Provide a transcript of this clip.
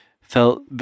felt